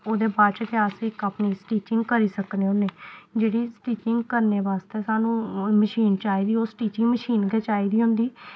ओह्दे बाद च गै अस इक अपनी स्टिचिंग करी सकने होन्ने जेह्ड़ी स्टिचिंग करने बास्तै सानूं मशीन चाहिदी ओह् स्टिचिंग मशीन गै चाहिदी होंदी